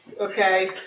okay